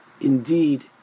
indeed